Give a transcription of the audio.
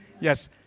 Yes